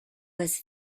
was